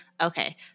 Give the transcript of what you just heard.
Okay